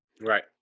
Right